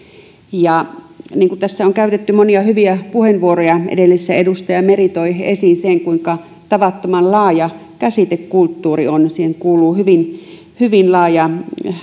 niin kuin tässä on käytetty monia hyviä puheenvuoroja edellisessä edustaja meri toi esiin sen kuinka tavattoman laaja käsite kulttuuri on siihen kuuluu hyvin hyvin laaja